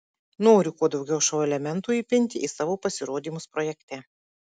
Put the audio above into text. noriu kuo daugiau šou elementų įpinti į savo pasirodymus projekte